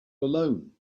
alone